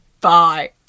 Bye